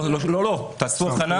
לא, תעשו אבחנה,